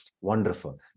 Wonderful